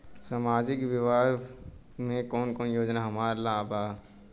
सामाजिक विभाग मे कौन कौन योजना हमरा ला बा?